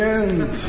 end